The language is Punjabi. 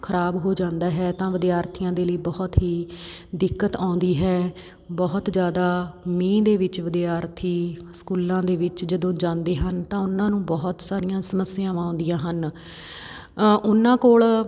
ਖ਼ਰਾਬ ਹੋ ਜਾਂਦਾ ਹੈ ਤਾਂ ਵਿਦਿਆਰਥੀਆਂ ਦੇ ਲਈ ਬਹੁਤ ਹੀ ਦਿੱਕਤ ਆਉਂਦੀ ਹੈ ਬਹੁਤ ਜ਼ਿਆਦਾ ਮੀਂਹ ਦੇ ਵਿੱਚ ਵਿਦਿਆਰਥੀ ਸਕੂਲਾਂ ਦੇ ਵਿੱਚ ਜਦੋਂ ਜਾਂਦੇ ਹਨ ਤਾਂ ਉਹਨਾਂ ਨੂੰ ਬਹੁਤ ਸਾਰੀਆਂ ਸਮੱਸਿਆਵਾਂ ਆਉਂਦੀਆਂ ਹਨ ਉਹਨਾਂ ਕੋਲ